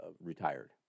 retired